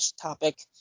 topic